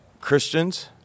Christians –